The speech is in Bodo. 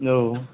औ